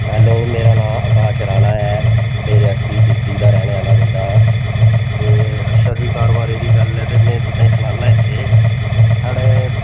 hello मेरा नांऽ आकाश राणा ऐ मै रियासी डिस्ट्रिक्ट दा रैह्ने आह्ला बंदा आं ते अच्छा जी कारोबारै दी गल्ल ऐ ते मै तुसें सनानां इत्थें साढ़ै